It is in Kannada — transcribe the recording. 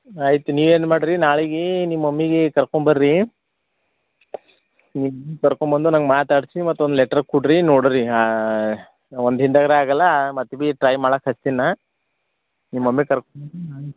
ಆಯ್ತು ನೀವೇನು ಮಾಡ್ರಿ ನಾಳೆಗೆ ನಿಮ್ಮ ಮಮ್ಮಿಗೆ ಕರ್ಕೊಂಬರ್ರಿ ಕರ್ಕೊಂಬಂದು ನನ್ಗ ಮಾತಾಡ್ಸಿ ಮತ್ತು ಒಂದು ಲೆಟ್ರು ಕೊಡ್ರಿ ನೋಡ್ರಿ ಒಂದು ದಿನ್ದಲ್ಲಿ ಆಗಲ್ಲ ಮತ್ತು ಬೀ ಟ್ರೈ ಮಾಡಾಕೆ ಹತ್ತಿನ ನಾ ನಿಮ್ಮ ಮಮ್ಮಿ ಕರ್